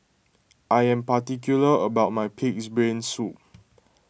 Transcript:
I am particular about my Pig's Brain Soup